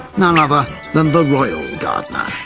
none other than the royal gardener.